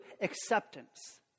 acceptance